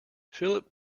philip